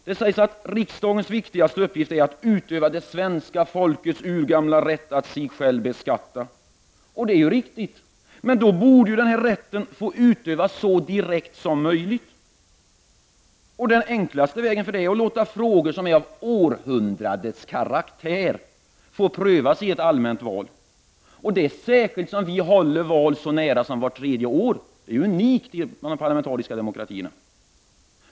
Det sägs att riksdagens viktigaste uppgift är att utöva det svenska folkets urgamla rätt att sig själv beskatta. Det är riktigt, men då borde denna rätt också få utövas så direkt som möjligt. Den enklaste vägen för detta är att låta frågor som karakteriseras som ”århundradets frågor” får prövas i ett allmänt val. Detta gäller särskilt som vi håller val så tätt som vart tredje år.